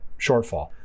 shortfall